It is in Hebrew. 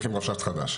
מסמיכים רבש"ץ חדש.